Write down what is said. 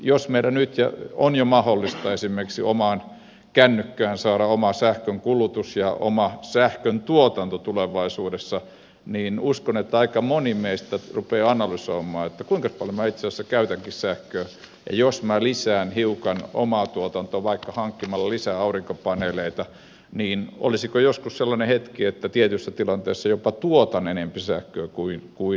jos meidän nyt on jo mahdollista esimerkiksi omaan kännykkään saada oma sähkönkulutus ja oma sähköntuotanto tulevaisuudessa niin uskon että aika moni meistä rupeaa analysoimaan kuinkas paljon minä itse asiassa käytänkin sähköä ja jos minä lisään hiukan omaa tuotantoa vaikka hankkimalla lisää aurinkopaneeleita niin olisiko joskus sellainen hetki että tietyissä tilanteissa jopa tuotan enempi sähköä kuin kulutan